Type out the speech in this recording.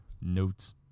Notes